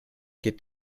geht